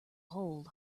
hold